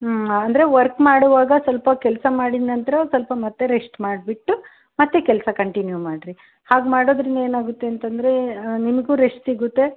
ಹ್ಞೂ ಅಂದರೆ ವರ್ಕ್ ಮಾಡುವಾಗ ಸ್ವಲ್ಪ ಕೆಲಸ ಮಾಡಿದ ನಂತರ ಸ್ವಲ್ಪ ಮತ್ತೆ ರೆಶ್ಟ್ ಮಾಡಿಬಿಟ್ಟು ಮತ್ತೆ ಕೆಲಸ ಕಂಟಿನ್ಯೂ ಮಾಡಿರಿ ಹಾಗೆ ಮಾಡೋದರಿಂದ ಏನು ಆಗುತ್ತೆ ಅಂತಂದರೆ ನಿಮಗೂ ರೆಶ್ಟ್ ಸಿಗುತ್ತೆ